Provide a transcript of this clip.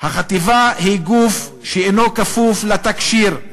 החטיבה היא גוף שאינו כפוף לתקשי"ר,